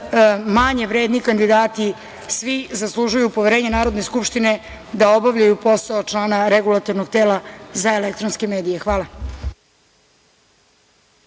manje vredni kandidati. Svi zaslužuju poverenje Narodne skupštine da obavljaju posao člana Regulatornog tela za elektronske medije. Hvala.